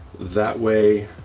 that way